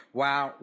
wow